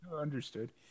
Understood